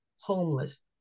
homeless